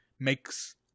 makes